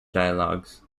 dialogues